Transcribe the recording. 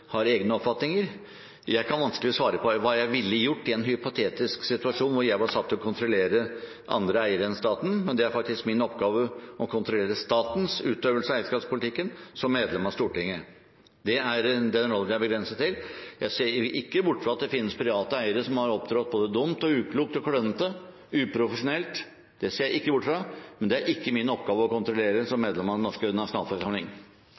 har egne oppfatninger. Jeg kan vanskelig svare på hva jeg ville ha gjort i en hypotetisk situasjon hvor jeg var satt til å kontrollere andre eiere enn staten, men det er faktisk min oppgave å kontrollere statens utøvelse av eierskapspolitikken som medlem av Stortinget. Det er det rollen er begrenset til. Jeg ser ikke bort fra at det finnes private eiere som har opptrådt både dumt, uklokt, klønete og uprofesjonelt. Det ser jeg ikke bort fra, men det er det ikke min oppgave å kontrollere som